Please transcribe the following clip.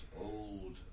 old